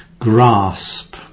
grasp